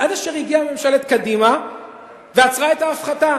עד אשר הגיעה ממשלת קדימה ועצרה את ההפחתה.